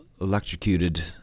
electrocuted